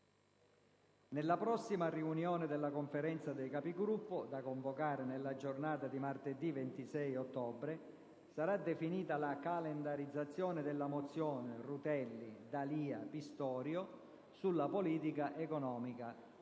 Nella prossima riunione della Conferenza dei Capigruppo, da convocare nella giornata di martedì 26 ottobre, sarà definita la calendarizzazione della mozione Rutelli, D'Alia, Pistorio sulla politica economica, nonché